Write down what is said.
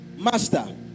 Master